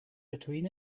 between